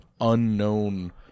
unknown